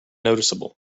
noticeable